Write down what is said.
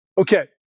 Okay